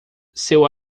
seu